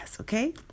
okay